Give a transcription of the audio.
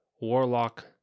warlock